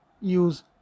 use